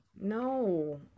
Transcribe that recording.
no